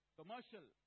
commercial